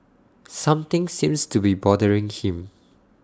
something seems to be bothering him